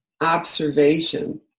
observation